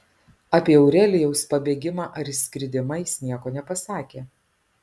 apie aurelijaus pabėgimą ar išskridimą jis nieko nepasakė